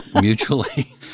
mutually